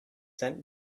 sent